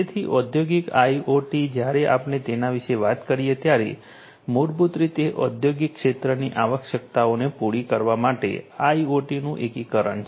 તેથી ઔદ્યોગિક આઇઓટી જ્યારે આપણે તેના વિશે વાત કરીએ ત્યારે મૂળભૂત રીતે ઔદ્યોગિક ક્ષેત્રની આવશ્યકતાઓને પૂરી કરવા માટે આઇઓટીનું એકીકરણ છે